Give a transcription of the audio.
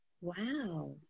Wow